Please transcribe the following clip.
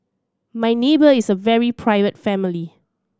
my neighbour is a very private family